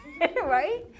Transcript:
right